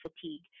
fatigue